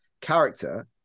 character